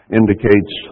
indicates